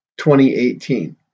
2018